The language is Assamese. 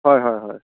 হয় হয় হয়